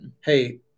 hey